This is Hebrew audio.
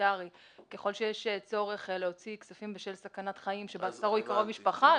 הומניטרי לקבל אישור להוציא כספים בשל סכנת חיים של קרוב משפחה.